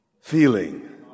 feeling